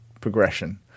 progression